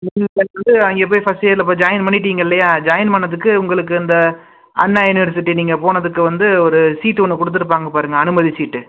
வந்து அங்கே போய் ஃபஸ்ட்டு இயரில் இப்போ ஜாயின் பண்ணிட்டீங்க இல்லையா ஜாயின் பண்ணதுக்கு உங்களுக்கு இந்த அண்ணா யுனிவர்சிட்டி நீங்கள் போனதுக்கு வந்து ஒரு சீட்டு ஒன்று கொடுத்துருப்பாங்க பாருங்க அனுமதி சீட்டு